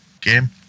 game